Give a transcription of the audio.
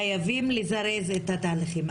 חייבים לזרז את התהליכים.